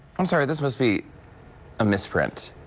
i'm sorry, this must be a misprint.